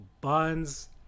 buns